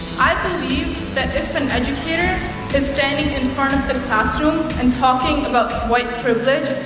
believe that if an educator is standing in front of the classroom and talking about white privilege,